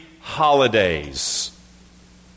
Holidays